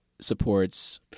supports